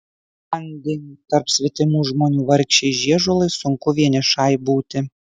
manding tarp svetimų žmonių vargšei žiežulai sunku vienišai būti